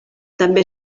també